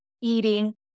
eating